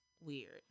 weird